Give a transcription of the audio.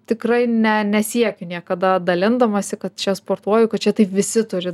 tikrai ne nesiekiu niekada dalindamasi kad čia sportuoju kad čia taip visi turi